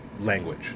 language